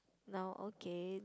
now okay